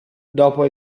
dopo